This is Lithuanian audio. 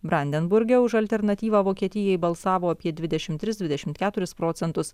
brandenburge už alternatyvą vokietijai balsavo apie dvidešimt tris dvidešimt keturis procentus